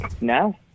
No